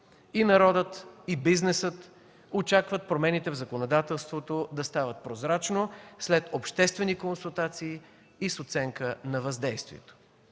И народът, и бизнесът очакват промените в законодателството да стават прозрачно – след обществени консултации и с оценка на въздействието.